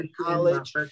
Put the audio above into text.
college